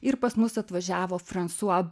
ir pas mus atvažiavo fransua